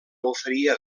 oferia